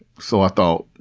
so i thought,